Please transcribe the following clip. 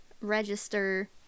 register